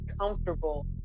comfortable